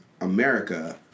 America